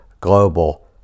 global